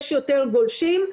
יש יותר גולשים,